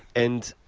and